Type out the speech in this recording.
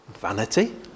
vanity